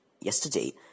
yesterday